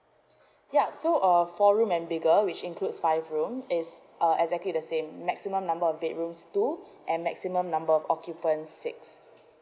ya so err four room and bigger which includes five room is uh exactly the same maximum number of bedrooms two and maximum number of occupants six